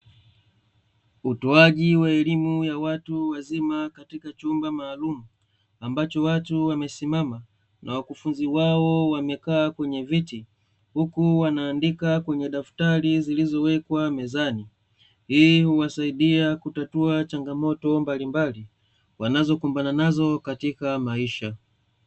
Utoaji wa elimu ya watu wazima katika chumba maalumu ambacho watu wamesimama na wakufunzi wao wamekaa kwenye viti, huku wanaandika kwenye daftari zilizowekwa mezani. Hii huwasaidia kutatua changamoto mbalimbali wanazokumbana nazo katika maisha.